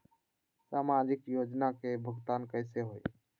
समाजिक योजना के भुगतान कैसे होई?